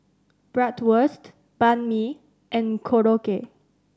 Bratwurst Banh Mi and Korokke